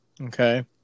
Okay